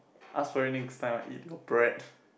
ask for it next time I eat your bread